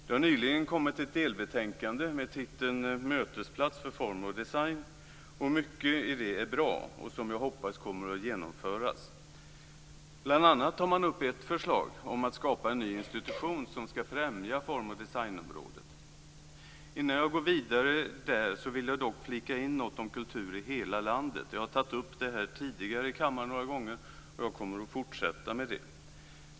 Det har nyligen kommit ett delbetänkande med titeln Mötesplats för form och design, och mycket i det är bra och som jag hoppas kommer att genomföras. Bl.a. tar man upp ett förslag om att skapa en ny institution som ska främja form och designområdet. Innan jag går vidare vill jag dock flika in något om kultur i hela landet. Jag har tagit upp det här i kammaren några gånger tidigare, och jag kommer att fortsätta med det.